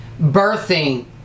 birthing